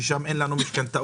שם אין לנו משכנתאות,